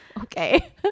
okay